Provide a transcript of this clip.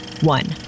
one